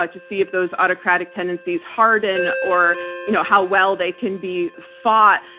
to see if those autocratic tendencies harden or you know how well they can be fought.